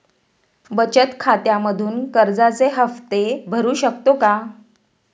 बचत खात्यामधून कर्जाचे हफ्ते भरू शकतो का?